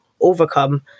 overcome